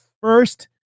first